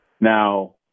Now